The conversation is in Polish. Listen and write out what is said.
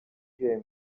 ziemi